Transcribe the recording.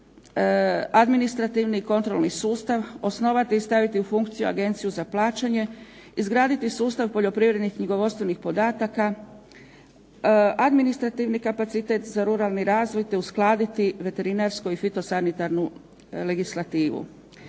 administrativni i kontrolni sustav, osnovati i staviti u funkciju Agenciju za plaćanje, izgraditi sustav poljoprivrednih knjigovodstvenih podataka, administrativni kapacitet za ruralni razvoj te uskladiti veterinarsku i fito sanitarnu legislativu.